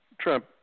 Trump